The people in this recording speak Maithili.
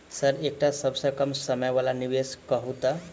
सर एकटा सबसँ कम समय वला निवेश कहु तऽ?